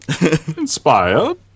Inspired